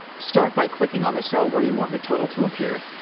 start by clicking on the cell where you want the total to appear,